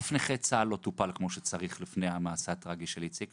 אף נכה לא טופל כמו שצריך לפני המעשה הטרגי של איציק,